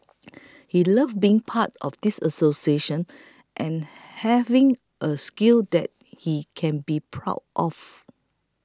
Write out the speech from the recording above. he loved being part of this association and having a skill that he can be proud of